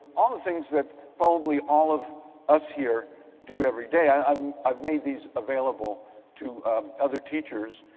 all the things that probably all of us here do every day, i've i've made these available to other teachers.